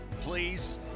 Please